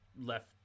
left